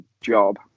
job